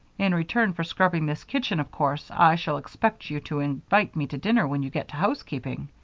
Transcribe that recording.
in return for scrubbing this kitchen, of course, i shall expect you to invite me to dinner when you get to housekeeping.